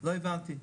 לא הבנתי.